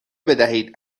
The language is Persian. بدهید